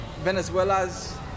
Venezuela's